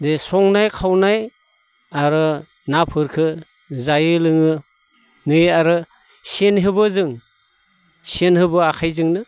जे संनाय खावनाय आरो नाफोरखो जायो लोङो नै आरो सेन हेबो जों सेन हेबो आखाइजोंनो